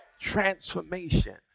transformation